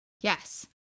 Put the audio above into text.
Yes